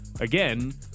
again